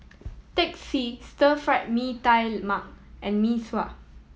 Teh C Stir Fried Mee Tai Mak and Mee Sua